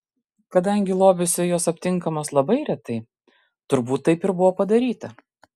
kadangi lobiuose jos aptinkamos labai retai turbūt taip ir buvo padaryta